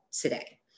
today